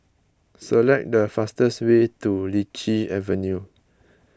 select the fastest way to Lichi Avenue